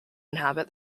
inhabit